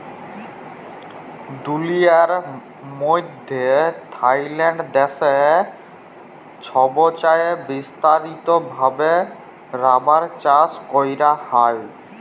দুলিয়ার মইধ্যে থাইল্যান্ড দ্যাশে ছবচাঁয়ে বিস্তারিত ভাবে রাবার চাষ ক্যরা হ্যয়